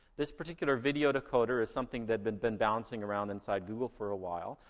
this particular video decoder is something that had been been balancing around inside google for a while.